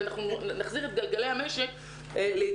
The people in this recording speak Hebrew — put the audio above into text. ואנחנו נוכל להחזיר את גלגלי המשק להתגלגל.